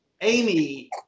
Amy